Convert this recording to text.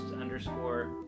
underscore